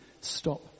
stop